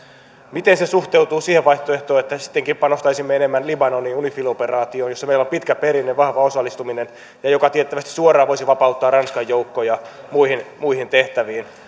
miten se suhteutuu siihen vaihtoehtoon että sittenkin panostaisimme enemmän libanonin unifil operaatioon jossa meillä on pitkä perinne vahva osallistuminen ja joka tiettävästi suoraan voisi vapauttaa ranskan joukkoja muihin muihin tehtäviin